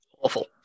Awful